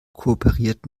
kooperiert